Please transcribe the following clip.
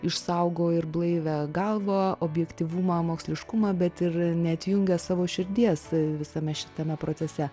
išsaugo ir blaivią galvą objektyvumą moksliškumą bet ir neatjungia savo širdies visame šitame procese